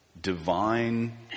divine